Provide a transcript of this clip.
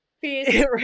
Peace